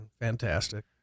fantastic